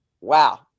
Wow